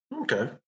Okay